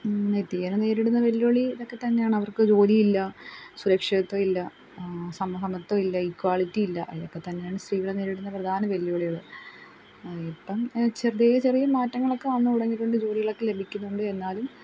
നിത്യേന നേരിടുന്ന വെല്ലുവിളി ഇതൊക്കെ തന്നെയാണ് അവർക്ക് ജോലിയില്ല സുരക്ഷിതത്വം ഇല്ല സമൂഹം മൊത്തമില്ല ഇക്വാലിറ്റി ഇല്ല ഇതൊക്കെത്തന്നെയാണ് സ്ത്രീകൾ നേരിടുന്ന പ്രധാന വെല്ലുവിളികൾ ഇപ്പം ചെറിയ ചെറിയ മാറ്റങ്ങളൊക്കെ വന്ന് തുടങ്ങിയിട്ടുണ്ട് ജോലികളൊക്കെ ലഭിക്കുന്നുണ്ട് എന്നാലും